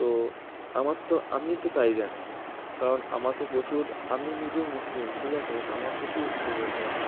তো আমার তো আমি তো তাই জানি কারণ আমার তো প্রচুর আমি নিজেই মুসলিম ঠিক আছে তো আমার প্রচুর হিন্দু বন্ধু আছে